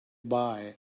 bye